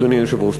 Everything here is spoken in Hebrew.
אדוני היושב-ראש.